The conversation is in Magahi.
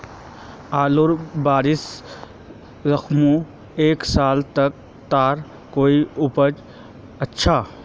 आलूर बारित राखुम एक साल तक तार कोई उपाय अच्छा?